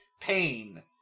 pain